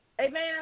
Amen